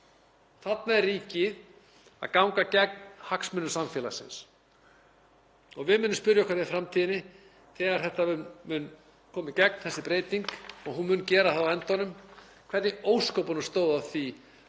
Þarna er ríkið að ganga gegn hagsmunum samfélagsins og við munum spyrja okkur í framtíðinni þegar þessi breyting verður komin í gegn, og hún mun gera það á endanum, hvernig í ósköpunum stóð á því